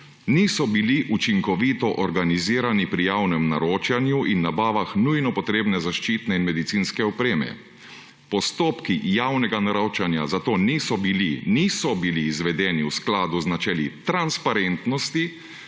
niso bili učinkovito organizirani pri javnem naročanju in nabavah nujno potrebne zaščitne in medicinske opreme. Postopki javnega naročanja zato niso bili izvedeni v skladu z načeli transparentnosti,